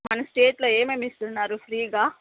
మన స్టేట్లో ఏమేమి ఇస్తున్నారు ఫ్రీగా